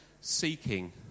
seeking